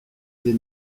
des